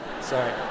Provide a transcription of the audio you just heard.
sorry